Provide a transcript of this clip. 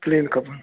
plain खपनि